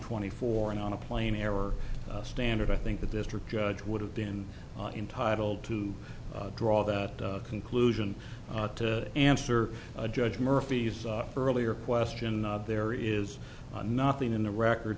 twenty four and on a plain error standard i think the district judge would have been intitled to draw that conclusion to answer judge murphy's earlier question there is nothing in the record